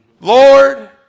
Lord